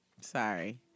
Sorry